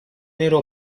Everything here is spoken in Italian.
nero